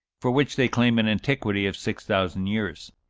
for which they claim an antiquity of six thousand years.